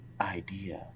idea